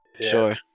Sure